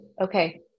okay